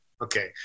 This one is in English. Okay